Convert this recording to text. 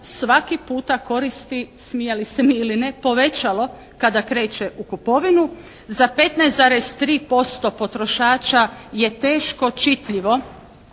svaki puta koristi, smijali se mi ili ne povećalo kada kreće u kupovinu. Za 15,3% potrošača je teško čitljivo